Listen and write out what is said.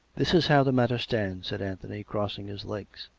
this is how the matter stands, said anthony, crossing his legs.